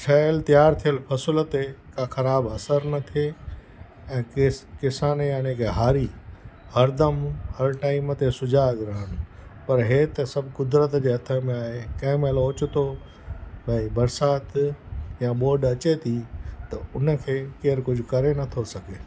ठहियल तयार थियल असूल ते का ख़राबु असरु न थिए ऐं कंहिं किसान यानी कि हारी हरदमि हर टाइम ते सुजाग रहनि पर इहे त सभु क़ुदिरत जे हथु में आहे कंहिं महिल ओचतो भई बरसाति या बोड अचे थी त हुनखे केरु कुझु करे नथो सघे